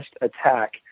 attack